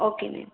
okay ma'am